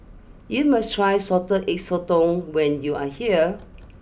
you must try Salted Egg Sotong when you are here